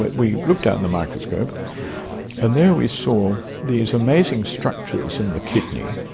we looked down the microscope and there we saw these amazing structures in the kidney,